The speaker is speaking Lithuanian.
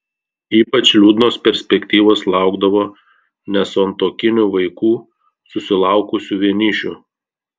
ypač liūdnos perspektyvos laukdavo nesantuokinių vaikų susilaukusių vienišių